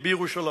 בירושלים,